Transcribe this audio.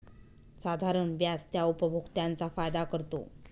साधारण व्याज त्या उपभोक्त्यांचा फायदा करतो